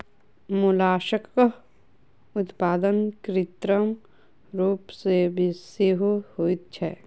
मोलास्कक उत्पादन कृत्रिम रूप सॅ सेहो होइत छै